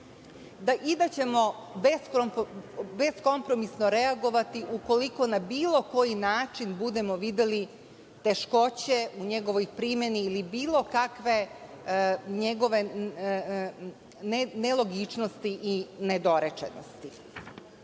i da ćemo beskompromisno reagovati ukoliko na bilo koji način budemo videli teškoće u njegovoj primeni ili bilo kakve njegove nelogičnosti i nedorečenosti. Što